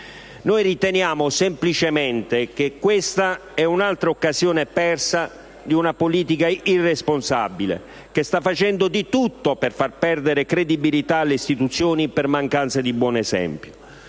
Riteniamo semplicemente che questa sia un'altra occasione persa da parte di una politica irresponsabile, che sta facendo di tutto per far perdere credibilità alle istituzioni per mancanza di un buon esempio.